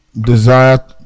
Desire